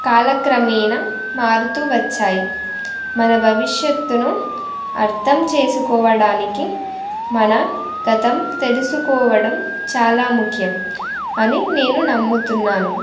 కాలక్రమేణ మారుతూ వచ్చాయి మన భవిష్యత్తును అర్థం చేసుకోవడానికి మన గతం తెలుసుకోవడం చాలా ముఖ్యం అని నేను నమ్ముతున్నాను